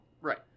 Right